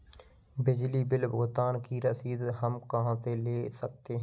बिजली बिल भुगतान की रसीद हम कहां से ले सकते हैं?